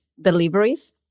deliveries